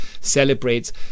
celebrates